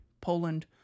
Poland